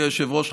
אדוני היושב-ראש,